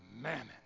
mammon